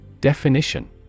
Definition